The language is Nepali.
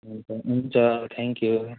हुन्छ थ्याङ्क्यु